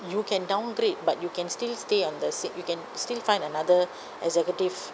you can downgrade but you can still stay on the sa~ you can still find another executive